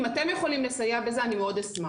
אם אתם יכולים לסייע בזה, אני מאוד אשמח.